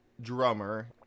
drummer